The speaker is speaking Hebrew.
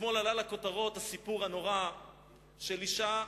אתמול עלה לכותרות הסיפור הנורא של אשה,